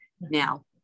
now